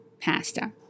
pasta